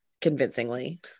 Convincingly